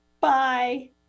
Bye